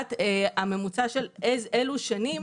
לדעת הממוצע של אילו שנים.